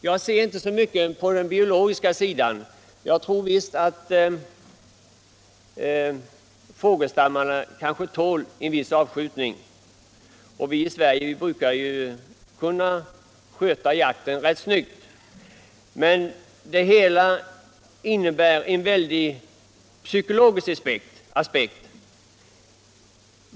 Jag ser inte så mycket till den biologiska aspekten i detta sammanhang. Jag tror att fågelstammarna nog tål en viss avskjutning, och vi i Sverige brukar ju kunna sköta jakten rätt snyggt. Men hela denna fråga har en i hög grad psykologisk aspekt.